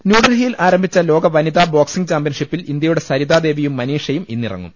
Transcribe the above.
ന്യൂഡൽഹിയിൽ ആരംഭിച്ച ലോക വനിതാ ബോക്സിംഗ് ചാമ്പ്യൻഷിപ്പിൽ ഇന്ത്യയുടെ സരിതാദേവിയും മനീഷയും ഇന്നി റങ്ങും